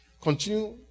Continue